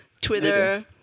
Twitter